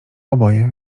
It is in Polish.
oboje